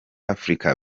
africa